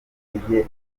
ange